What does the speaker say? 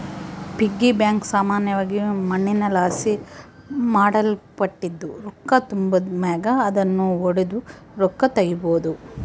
piggy bank ಸಾಮಾನ್ಯವಾಗಿ ಮಣ್ಣಿನಲಾಸಿ ಮಾಡಲ್ಪಟ್ಟಿದ್ದು, ರೊಕ್ಕ ತುಂಬಿದ್ ಮ್ಯಾಗ ಅದುನ್ನು ಒಡುದು ರೊಕ್ಕ ತಗೀಬೋದು